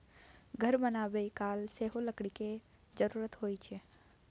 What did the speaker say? घर बनाबय काल सेहो लकड़ी केर जरुरत होइ छै